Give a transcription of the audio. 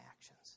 actions